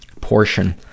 portion